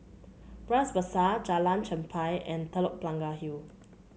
Bras Basah Jalan Chempah and Telok Blangah Hill